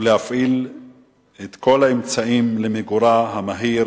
להפעיל את כל האמצעים למיגורה המהיר